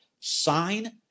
Sign